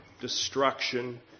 destruction